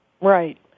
Right